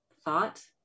thought